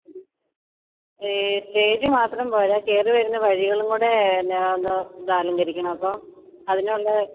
A stage മാത്രം പോരാ കയറിവരുന്ന വഴികളും കൂടെ പിന്നെ ഒന്ന് ഇത് അലങ്കരിക്കണം അപ്പം അതിനുള്ള